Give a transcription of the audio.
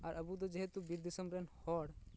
ᱟᱨ ᱟᱵᱚ ᱫᱚ ᱡᱮᱦᱮᱛᱩ ᱵᱤᱨ ᱫᱤᱥᱚᱢ ᱨᱮᱱ ᱦᱚᱲ